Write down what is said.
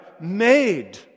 made